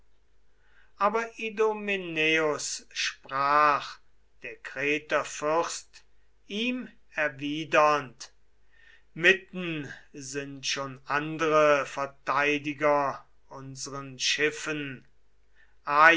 aber idomeneus sprach der kreter fürst ihm erwidernd mitten sind schon andre verteidiger unseren schiffen